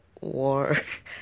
work